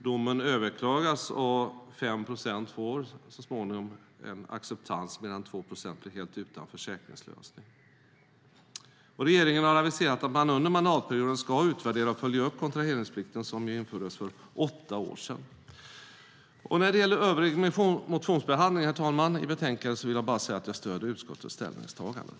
Beslutet överklagas, och 5 procent får så småningom acceptans medan 2 procent blir utan försäkringslösning. Regeringen har aviserat att man under mandatperioden ska utvärdera och följa upp kontraheringsplikten, som ju infördes för åtta år sedan. När det gäller övrig motionsbehandling i betänkandet vill jag bara säga att jag stöder utskottets ställningstaganden.